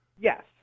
Yes